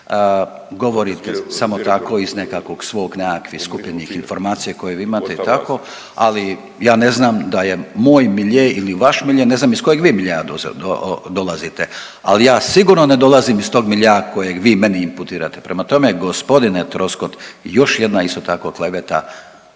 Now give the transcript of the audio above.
govorite samo tako iz nekakvog svog nekakvih skupljenih informacija koje vi imate i tako, ali ja ne znam da je moj milje ili vaš milje, ne znam iz kojeg vi miljea dolazite, ali ja sigurno ne dolazim iz tog miljea kojeg vi meni imputirate. Prema tome, g. Troskot još jedna isto tako kleveta